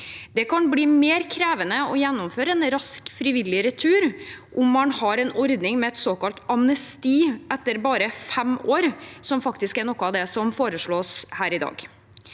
Det kan bli mer krevende å gjennomføre en rask, frivillig retur om man har en ordning med et såkalt amnesti etter bare fem år, som faktisk er noe av det som foreslås her i dag.